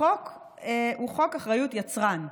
החוק הוא חוק אחריות יצרן,